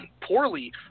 poorly